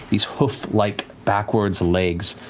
these hoof-like backwards legs,